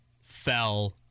fell